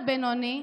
ראינו פה,